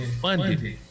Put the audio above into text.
funded